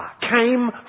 came